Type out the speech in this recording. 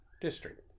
district